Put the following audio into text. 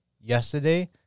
yesterday